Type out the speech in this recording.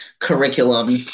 curriculum